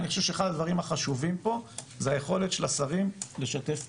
אני חושב שאחד הדברים החשובים פה זה היכולת של השרים לשתף פעולה.